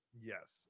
yes